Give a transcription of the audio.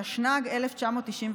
התשנ"ג 1993,